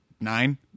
nine